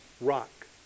rock